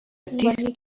ati